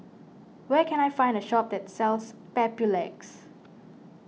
where can I find a shop that sells Papulex